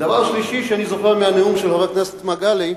דבר שלישי שאני זוכר מהנאום של חבר הכנסת מגלי,